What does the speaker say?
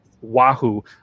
Wahoo